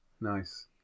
Nice